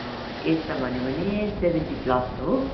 as त भन्यो भने सेभेन्टी प्लस हो